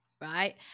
right